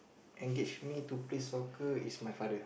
engage me to play soccer is my father